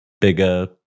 bigger